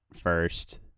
first